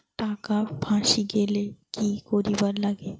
টাকা ফাঁসি গেলে কি করিবার লাগে?